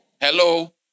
Hello